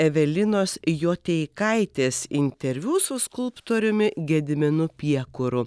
evelinos joteikaitės interviu su skulptoriumi gediminu piekuru